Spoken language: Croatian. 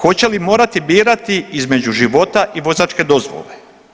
Hoće li morati birati između života i vozačke dozvole?